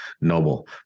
noble